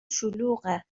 شلوغه